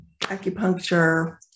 acupuncture